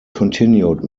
continued